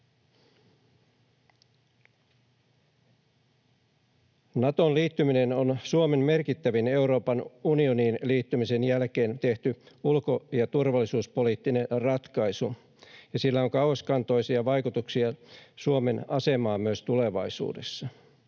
Natoon liittyminen on Suomen merkittävin Euroopan unioniin liittymisen jälkeen tehty ulko- ja turvallisuuspoliittinen ratkaisu, ja sillä on kauaskantoisia vaikutuksia Suomen asemaan myös tulevaisuudessa.